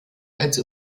als